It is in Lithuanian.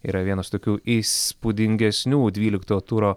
yra vienas tokių įspūdingesnių dvylikto turo